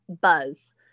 Buzz